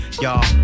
y'all